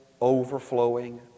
overflowing